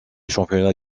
championnat